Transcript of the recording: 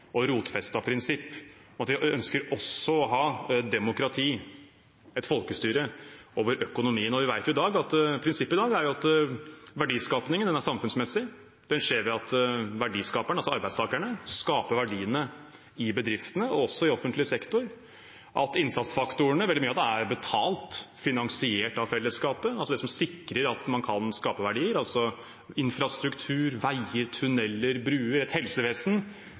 og rotfestet prinsipp om at vi ønsker også å ha demokrati, et folkestyre, over økonomien. Vi vet at prinsippet i dag er at verdiskapingen er samfunnsmessig. Den skjer ved at verdiskaperne, altså arbeidstakerne, skaper verdiene i bedriftene og også i offentlig sektor. Veldig mye av innsatsfaktorene er betalt og finansiert av fellesskapet, altså det som sikrer at man kan skape verdier, infrastruktur som veier, tunneler, bruer, et helsevesen